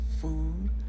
food